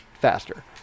faster